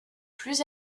plus